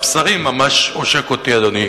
בשרי ממש עושק אותי, אדוני.